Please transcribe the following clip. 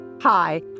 hi